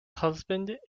husband